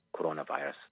coronavirus